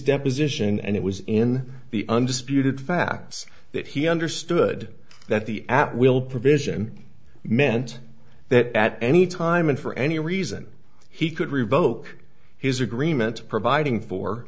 deposition and it was in the undisputed facts that he understood that the at will provision meant that at any time and for any reason he could revoke his agreement providing for